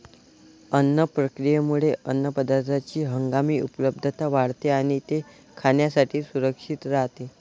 अन्न प्रक्रियेमुळे अन्नपदार्थांची हंगामी उपलब्धता वाढते आणि ते खाण्यासाठी सुरक्षित राहते